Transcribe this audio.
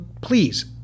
please